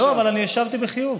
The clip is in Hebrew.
אבל אני השבתי בחיוב.